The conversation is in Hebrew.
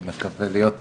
אני מקווה להיות יעיל.